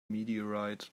meteorite